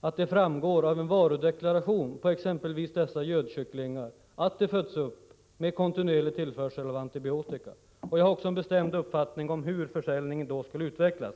att det framgår av en varudeklaration på exempelvis gödkycklingar om de fötts upp med kontinuerlig tillförsel av antibiotika. Jag har också en bestämd uppfattning om hur försäljningen då skulle utvecklas.